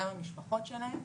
גם המשפחות שלהן,